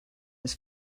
his